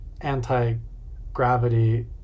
anti-gravity